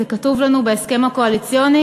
זה כתוב לנו בהסכם הקואליציוני.